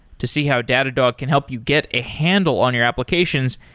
to see how datadog can help you get a handle on your applications,